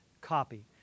copy